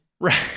right